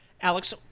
Alex